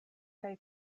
kaj